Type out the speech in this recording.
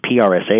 PRSA